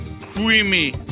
creamy